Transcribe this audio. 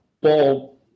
ball